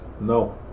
No